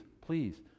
please